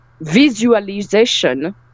visualization